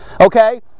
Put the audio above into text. okay